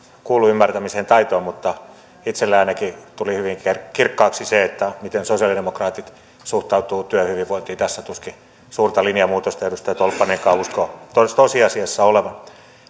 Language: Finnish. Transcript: kuullun ymmärtämisen taitoon mutta itselleni ainakin tuli hyvin kirkkaaksi se miten sosialidemokraatit suhtautuvat työhyvinvointiin tässä tuskin suurta linjanmuutosta edustaja tolppanenkaan uskoo tosiasiassa olevan